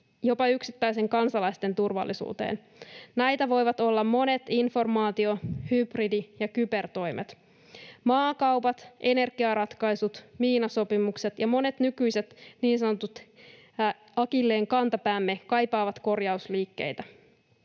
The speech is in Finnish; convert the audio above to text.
jopa yksittäisten kansalaisten turvallisuuteen. Näitä voivat olla monet informaatio-, hybridi- ja kybertoimet. Maakaupat, energiaratkaisut, miinasopimukset ja monet nykyiset niin sanotut akilleenkantapäämme kaipaavat korjausliikkeitä.